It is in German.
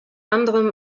anderem